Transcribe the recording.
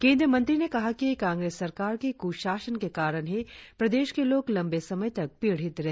केंद्रीय मंत्री ने कहा कि कांग्रेस सरकार के कुशासन के कारण ही प्रदेश के लोग लंबे समय तक पीड़ित रहे